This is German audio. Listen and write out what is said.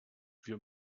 wir